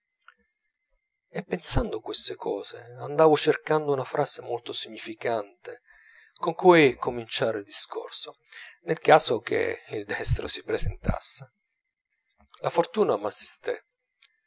e pensando queste cose andavo cercando una frase molto significante con cui cominciare il discorso nel caso che il destro si presentasse la fortuna m'assistè